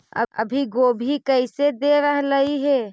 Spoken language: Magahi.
अभी गोभी कैसे दे रहलई हे?